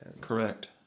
Correct